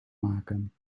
maken